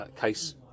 case